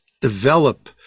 develop